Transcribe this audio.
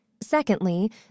Secondly